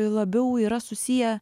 labiau yra susiję